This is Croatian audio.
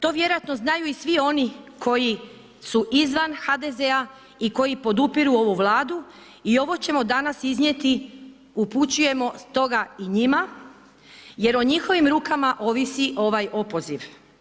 To vjerojatno znaju i svi oni koji su izvan HDZ-a i koji podupiru ovu Vladu i ovo ćemo danas iznijeti, upućujemo stoga i njima jer o njihovim rukama ovisi ovaj opoziv.